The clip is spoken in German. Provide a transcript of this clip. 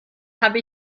habe